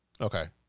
Okay